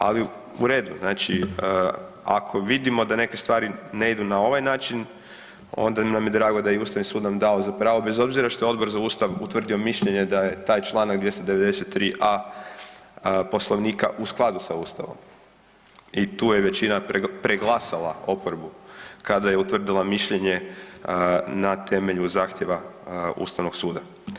Ali, u redu, znači, ako vidimo da neke stvari ne idu na ovaj način, onda nam je drago da i Ustavni sud nam dao za pravo bez obzira što je Odbor za Ustav utvrdio mišljenje da je taj čl. 293.a Poslovnika u skladu sa Ustavom i tu je većina preglasala oporbu kada je utvrdila mišljenje na temelju zahtjeva Ustavnog suda.